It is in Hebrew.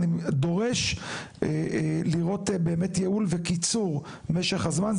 אני דורש לראות באמת ייעול וקיצור משך הזמן.